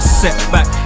setback